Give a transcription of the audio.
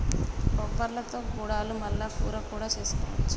బొబ్బర్లతో గుడాలు మల్ల కూర కూడా చేసుకోవచ్చు